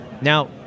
Now